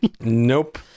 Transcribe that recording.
Nope